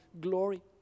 glory